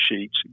sheets